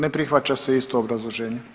Ne prihvaća se, isto obrazloženje.